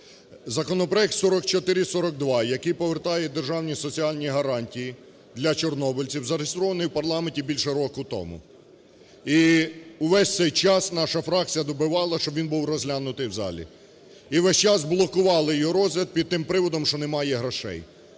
Законопроект 4442, який повертає державні соціальні гарантії для чорнобильців, зареєстрований в парламенті більше року тому. І увесь цей час наша фракція добивалась, щоб він був розглянутий в залі. І весь час блокували його розгляд під тим приводом, що немає грошей,